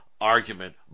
argument